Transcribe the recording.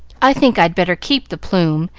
i think i'd better keep the plume,